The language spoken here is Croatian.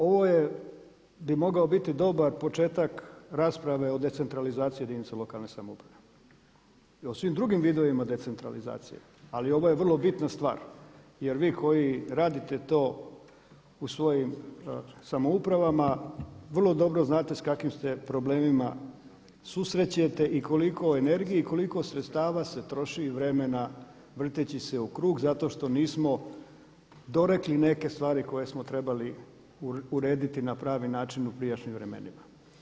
Ovo bi mogao biti dobar početak rasprave o decentralizaciji jedinica lokalne samouprave i o svim drugim vidovima decentralizacije ali ovo je vrlo bitna stvar jer vi koji radite to u svojim samoupravama vrlo dobro znate sa kakvim se problemima susrećete i koliko energije i koliko sredstava se troši i vremena vrteći se u krug zato što nismo dorekli neke stvari koje smo trebali urediti na pravi način u prijašnjim vremenima.